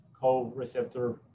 co-receptor